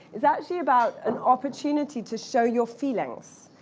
it's actually about an opportunity to show your feelings.